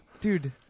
dude